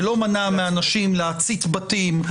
זה לא מנע מאנשים להצית בתים,